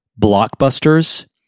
blockbusters